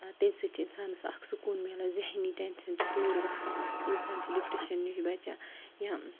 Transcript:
تمہِ سۭتۍ چھ اِنسانَس اَکھ سکوٗن مِلان ذہنی ٹیٚنشَن چھُ دوٗر گژھان اِنسان چھِ ڈِپرٛیٚشَن نِش بَچان یا